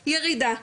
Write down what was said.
ירידה.